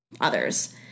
others